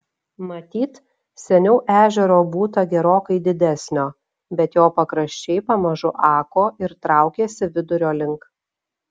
matyt seniau ežero būta gerokai didesnio bet jo pakraščiai pamažu ako ir traukėsi vidurio link